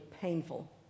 painful